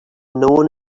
known